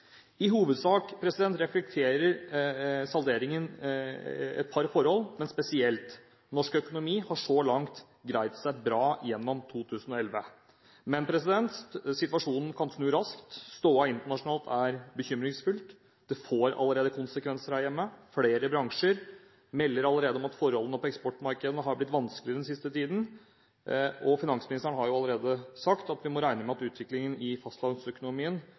I hovedsak reflekterer salderingen et par forhold, men spesielt at norsk økonomi så langt har greid seg bra gjennom 2011. Men situasjonen kan snu raskt. Stoda internasjonalt er bekymringsfull. Det får allerede konsekvenser her hjemme. Flere bransjer melder allerede om at forholdene på eksportmarkedene har blitt vanskeligere den siste tiden, og finansministeren har sagt at vi må regne med at utviklingen i fastlandsøkonomien